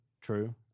true